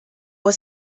were